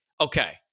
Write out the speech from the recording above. okay